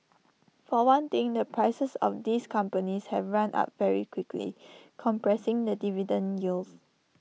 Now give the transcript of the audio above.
for one thing the prices of these companies have run up very quickly compressing the dividend yields